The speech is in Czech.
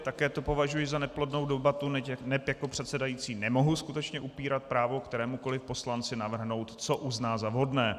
Také to považuji za neplodnou debatu, neb jako předsedající nemohu skutečně upírat právo kterémukoliv poslanci navrhnout, co uzná za vhodné.